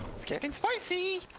students by c